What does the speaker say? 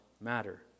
matter